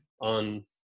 on